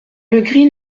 legris